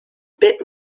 bit